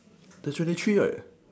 the thirty three right